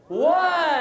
One